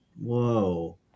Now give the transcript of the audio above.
Whoa